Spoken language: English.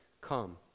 come